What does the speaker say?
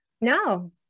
No